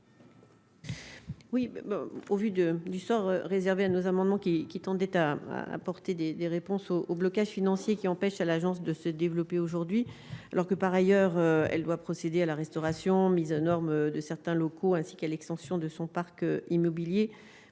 Oui, au vu de du sort réservé à nos amendements qui qui tente d'état à apporter des des réponses au au blocage financier qui empêche à l'agence de se développer aujourd'hui, alors que par ailleurs elle doit procéder à la restauration mise aux normes de certains locaux ainsi que l'extension de son parc immobilier